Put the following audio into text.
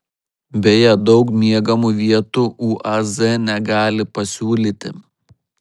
beje daug miegamų vietų uaz negali pasiūlyti